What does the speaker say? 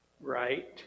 right